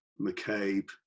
McCabe